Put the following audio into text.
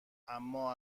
اما